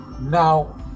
now